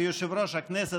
כיושב-ראש הכנסת,